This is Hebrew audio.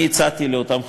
אני הצעתי לאותם חברים,